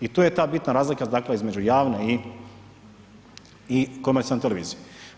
I tu je ta bitna razlika dakle između javne i komercijalne televizije.